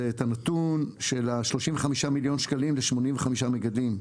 זה את הנתון של ה- 35 מיליון שקלים ל- 85 מגדלים,